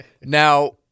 Now